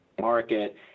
Market